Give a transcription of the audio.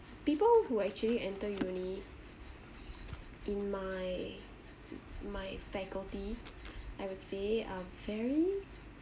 people who actually enter uni in my my faculty I would say um very